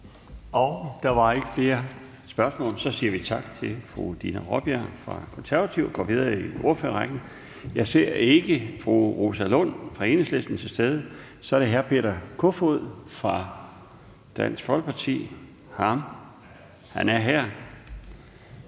Der var ikke flere spørgsmål. Så siger vi tak til fru Dina Raabjerg fra Det Konservative Folkeparti og går videre i ordførerrækken. Jeg ser ikke fru Rosa Lund fra Enhedslisten. Så er det hr. Peter Kofod fra Dansk Folkeparti. Værsgo.